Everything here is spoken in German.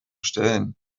stellen